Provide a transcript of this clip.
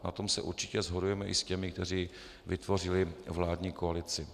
Na tom se určitě shodujeme i s těmi, kteří vytvořili vládní koalici.